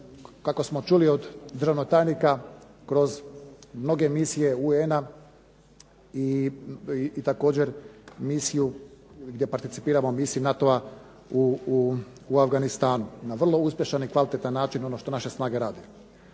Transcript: kako smo čuli od državnog tajnika, kroz mnoge misije UN-a i također misiju gdje participiramo u misiji NATO-a u Afganistanu na vrlo uspješan i kvalitetan način, ono što naše snage rade.